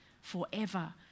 forever